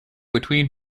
between